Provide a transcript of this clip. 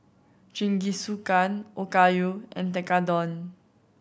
Jingisukan Okayu and Tekkadon